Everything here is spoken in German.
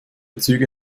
züge